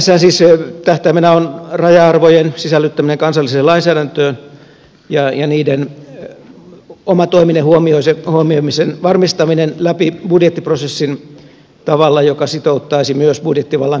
näissähän siis tähtäimenä on raja arvojen sisällyttäminen kansalliseen lainsäädäntöön ja niiden omatoiminen huomioimisen varmistaminen läpi budjettiprosessin tavalla joka sitouttaisi myös budjettivallan käyttäjää